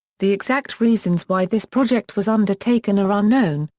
the exact reasons why this project was undertaken are unknown,